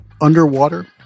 underwater